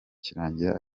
kirangira